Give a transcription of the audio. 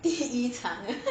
第一场